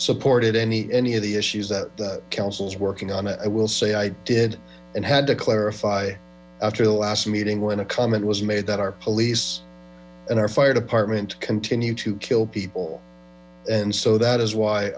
supported ay any of the issues that the council's working on i will say i did and had to clarify after the last meeting when a comment was made that our police and our fire department continue to kill people and so that is why